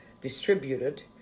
distributed